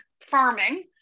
farming